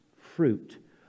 fruit